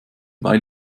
weil